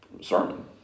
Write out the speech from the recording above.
sermon